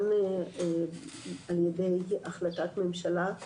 אני מאוד מתחברת לדברים שנאמרו פה על ידי חברת הכנסת גבי